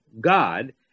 God